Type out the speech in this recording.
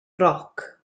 roc